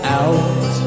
out